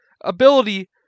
ability